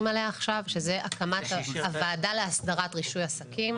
עליה עכשיו שזה הקמת הוועדה להסדרת רישוי עסקים.